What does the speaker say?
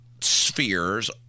spheres